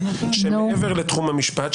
שהם מעבר לתחום המשפט,